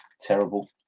Terrible